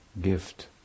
gift